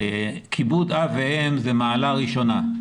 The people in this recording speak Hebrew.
כיבוד אב ואם הוא במעלה הראשונה.